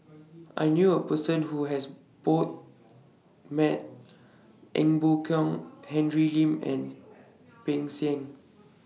I knew A Person Who has Both Met Ee Boon Kong Henry Lim and Peng Siang